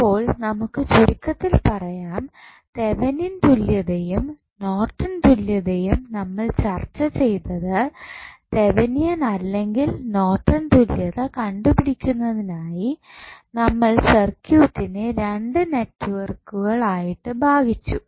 അപ്പോൾ നമുക്ക് ചുരുക്കത്തിൽ പറയാം തെവനിയൻ തുല്യതയിലും നോർട്ടൻ തുല്യതയിലും നമ്മൾ ചർച്ച ചെയ്തത് തെവനിയൻ അല്ലെങ്കിൽ നോർട്ടൺ തുല്യത കണ്ടു പിടിക്കുന്നതിനായി നമ്മൾ സർക്യൂട്ടിനെ രണ്ട് നെറ്റ്വർക്കുകൾ ആയിട്ട് ഭാഗിച്ചു